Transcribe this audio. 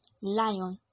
lion